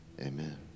amen